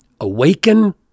Awaken